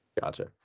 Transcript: Gotcha